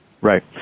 Right